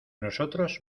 nosotros